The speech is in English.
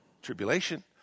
tribulation